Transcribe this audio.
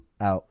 out